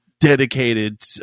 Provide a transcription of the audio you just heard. dedicated